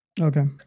Okay